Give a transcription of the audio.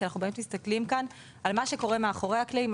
כי אנחנו מסתכלים כאן על מה שקורה מאחורי הקלעים: